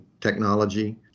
technology